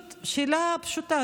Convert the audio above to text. זו שאלה פשוטה.